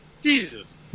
Jesus